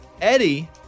Eddie